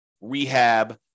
rehab